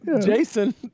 Jason